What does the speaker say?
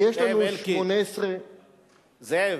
ויש לנו 18. זאב,